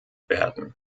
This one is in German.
werden